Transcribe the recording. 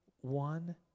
one